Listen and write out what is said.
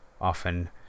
Often